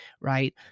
right